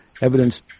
evidence